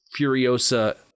Furiosa